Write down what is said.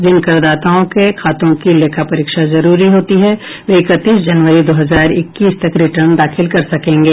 जिन करदाताओं के खातों की लेखापरीक्षा जरूरी होती है वे इकतीस जनवरी दो हजार इक्कीस तक रिटर्न दाखिल कर सकेंगे